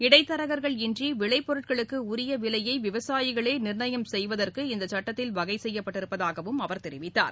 இடைத்தரகர்கள் இன்றி விளைப்பொருட்களுக்கு விலையை விவசாயிகளே நிர்ணயம் செய்வதற்கு இந்த சட்டத்தில் வரிய வகை செய்யப்பட்டிருப்பதாகவும் அவர் தெரிவித்தார்